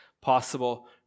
possible